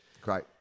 Great